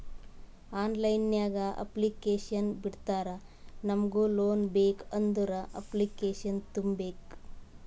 online ನಾಗ್ application ಬಿಡ್ತಾರಾ ನಮುಗ್ ಲೋನ್ ಬೇಕ್ ಅಂದುರ್ ಅಪ್ಲಿಕೇಶನ್ ತುಂಬೇಕ್